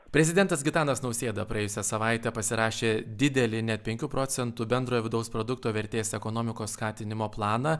prezidentas gitanas nausėda praėjusią savaitę pasirašė didelį net penkių procentų bendrojo vidaus produkto vertės ekonomikos skatinimo planą